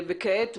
כעת,